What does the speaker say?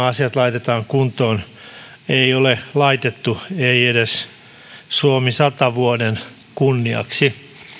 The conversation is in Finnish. asiat laitetaan kuntoon ei ole laitettu ei edes suomi sata vuoden kunniaksi